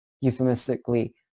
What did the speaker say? euphemistically